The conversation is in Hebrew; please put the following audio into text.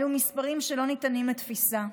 אלו מספרים שלא ניתנים לתפיסה.